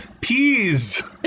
peas